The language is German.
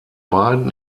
beiden